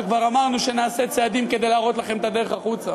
וכבר אמרנו שנעשה צעדים כדי להראות לכם את הדרך החוצה.